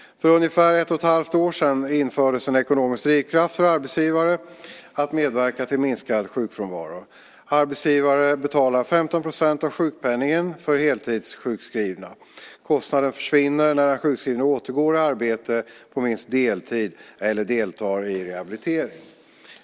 För ungefär ett och ett halvt år sedan infördes en ekonomisk drivkraft för arbetsgivare att medverka till minskad sjukfrånvaro. Arbetsgivare betalar 15 % av sjukpenningen för heltidssjukskrivna. Kostnaden försvinner när den sjukskrivne återgår i arbete på minst deltid eller deltar i rehabilitering.